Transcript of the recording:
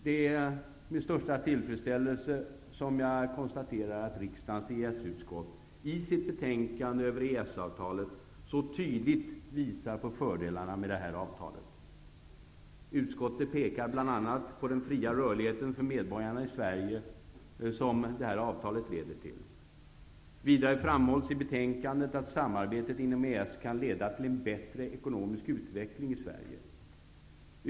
Det är med största tillfredsställelse som jag konstaterar att riksdagens EES-utskott i sitt betänkande över EES-avtalet så tydligt visar på fördelarna med detta avtal. Utskottet pekar bl.a. på den fria rörlighet för medborgarna i Sverige som detta avtal leder till. Vidare framhålls i betänkandet att samarbetet inom EES kan leda till en bättre ekonomisk utveckling i Sverige.